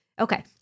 Okay